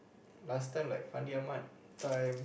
last time like Fandi-Ahmad that time